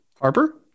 Harper